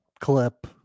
clip